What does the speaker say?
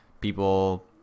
people